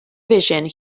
vision